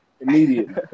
Immediately